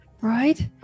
right